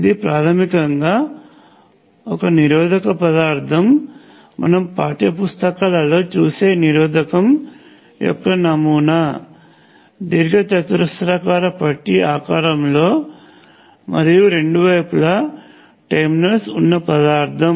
ఇది ప్రాథమికంగా ఒక నిరోధక పదార్థం మనం పాఠ్య పుస్తకాలలో చూసే నిరోధకం యొక్క నమూనా దీర్ఘచతురస్రాకార పట్టీ ఆకారంలో మరియు రెండువైపులా టెర్మినల్స్ ఉన్న పదార్థం